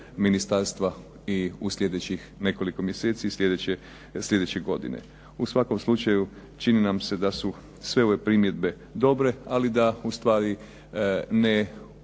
ministarstva i u sljedećih nekoliko mjeseci i sljedeće godine. U svakom slučaju čini nam se da su sve ove primjedbe dobre ali da ustvari